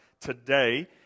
today